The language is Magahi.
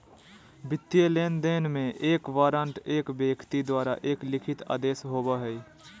वित्तीय लेनदेन में, एक वारंट एक व्यक्ति द्वारा एक लिखित आदेश होबो हइ